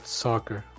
soccer